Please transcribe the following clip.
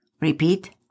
Repeat